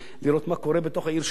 לראות מה קורה בעיר שלו.